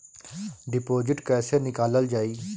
Deposit कैसे निकालल जाइ?